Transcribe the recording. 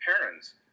parents